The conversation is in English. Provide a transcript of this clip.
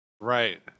Right